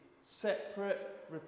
separate